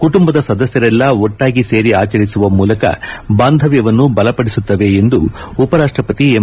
ಕುಟುಂಬದ ಸದಸ್ಕರೆಲ್ಲ ಒಟ್ಟಾಗಿ ಸೇರಿ ಆಚರಿಸುವ ಮೂಲಕ ಬಾಂದವ್ಯವನ್ನು ಬಲಪಡಿಸುತ್ತದೆ ಎಂದು ಉಪರಾಷ್ಟಪತಿ ಎಂ